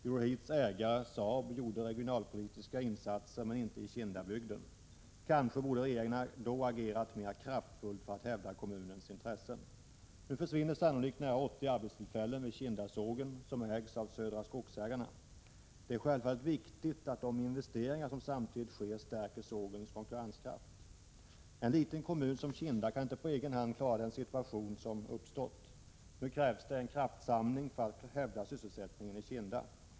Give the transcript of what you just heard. Euroheats ägare, Saab, gjorde regionalpolitiska insatser men inte i Kindabygden. Kanske borde regeringen då ha agerat mera kraftfullt för att hävda kommunens intressen. Nu försvinner sannolikt nära 80 arbetstillfällen vid Kindasågen, som ägs av Södra Skogsägarna. Det är självfallet viktigt att de investeringar som samtidigt sker stärker sågens konkurrenskraft. En liten kommun som Kinda kommun kan inte på egen hand klara den situation som har uppstått. Nu krävs det en kraftsamling för att hävda sysselsättningen i Kinda.